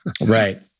Right